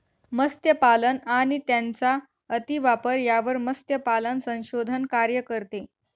मत्स्यपालन आणि त्यांचा अतिवापर यावर मत्स्यपालन संशोधन कार्य करते